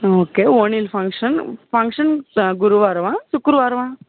okay ఓణీల function function గురువారమా శుక్రవారంమా